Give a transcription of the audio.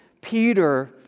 Peter